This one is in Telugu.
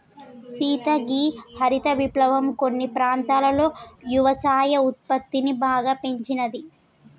సీత గీ హరిత విప్లవం కొన్ని ప్రాంతాలలో యవసాయ ఉత్పత్తిని బాగా పెంచినాది